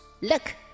Look